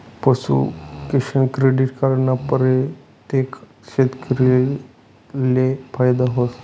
पशूकिसान credit card ना परतेक शेतकरीले फायदा व्हस